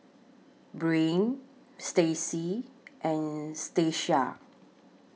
Breann Stacie and Stacia